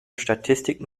statistiken